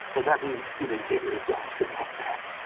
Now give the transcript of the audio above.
and that means you know you can't get rid of javascript that fast.